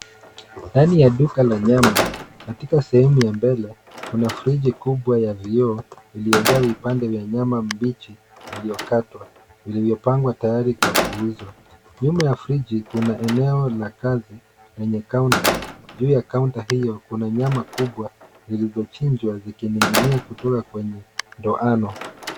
Ndani ya duka la nyama katika sehemu ya mbele kuna friji kubwa ya vioo iliyojaa vipande vya nyama mbichi iliyokatwa iliyopangwa tayari kwa kuuzwa ,nyuma ya friji kuna eneo la kazi yenye kaunta juu ya kaunta hiyo kuna nyama kubwa zilizochinjwa zikining'inia kutoka kwenye.